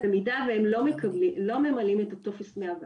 במידה והם לא ממלאים טופס 101,